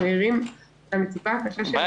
אנחנו ערים למצוקה הקשה של --- הבעיה